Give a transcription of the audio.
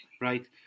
Right